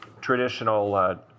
traditional